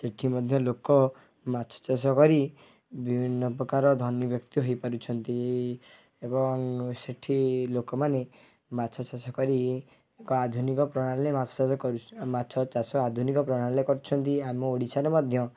ସେଠି ମଧ୍ୟ ଲୋକ ମାଛ ଚାଷ କରି ବିଭିନ୍ନପ୍ରକାର ଧନୀ ବ୍ୟକ୍ତି ହୋଇପାରୁଛନ୍ତି ଏବଂ ସେଠି ଲୋକମାନେ ମାଛ ଚାଷ କରି ଏକ ଆଧୁନିକ ପ୍ରଣାଳୀରେ ମାଛ ଚାଷ କରି ଚୁ ମାଛ ଚାଷ ଆଧୁନିକ ପ୍ରଣାଳୀରେ କରୁଛନ୍ତି ଆମ ଓଡ଼ିଶାରେ ମଧ୍ୟ